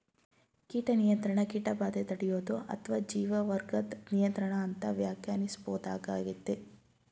ಕೀಟ ನಿಯಂತ್ರಣ ಕೀಟಬಾಧೆ ತಡ್ಯೋದು ಅತ್ವ ಜೀವವರ್ಗದ್ ನಿಯಂತ್ರಣ ಅಂತ ವ್ಯಾಖ್ಯಾನಿಸ್ಬೋದಾಗಯ್ತೆ